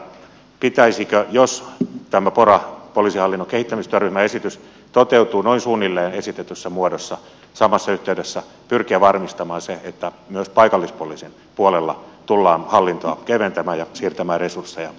pitäisikö jos tämä pora poliisihallinnon kehittämistyöryhmän esitys toteutuu noin suunnilleen esitetyssä muodossa samassa yhteydessä pyrkiä varmistamaan se että myös paikallispoliisin puolella tullaan hallintoa keventämään ja siirtämään resursseja kentän toimintaan